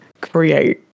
create